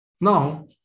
Now